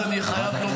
חברת הכנסת